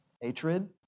hatred